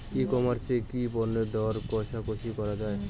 ই commerce এ কি পণ্যের দর কশাকশি করা য়ায়?